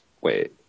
Wait